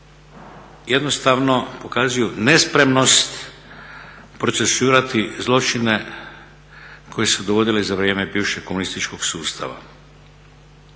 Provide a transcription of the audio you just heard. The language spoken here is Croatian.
jednostavno pokazuju nespremnost procesuirati zločine koji su dovodili za vrijeme bivšeg komunističkog sustava.